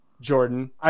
Jordan